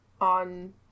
on